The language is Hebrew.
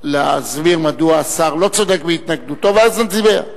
להסביר מדוע השר לא צודק בהתנגדותו ואז נצביע.